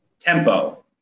Tempo